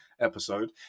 episode